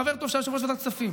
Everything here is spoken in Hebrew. חבר טוב שהיה יושב-ראש ועדת כספים,